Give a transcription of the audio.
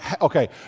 Okay